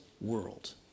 world